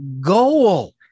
goal